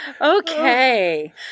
Okay